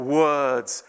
words